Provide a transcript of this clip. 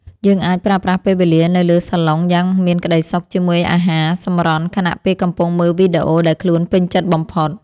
យើងអាចប្រើប្រាស់ពេលវេលានៅលើសាឡុងយ៉ាងមានក្ដីសុខជាមួយអាហារសម្រន់ខណៈពេលកំពុងមើលវីដេអូដែលខ្លួនពេញចិត្តបំផុត។